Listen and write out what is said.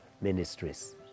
Ministries